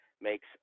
makes